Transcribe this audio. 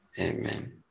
Amen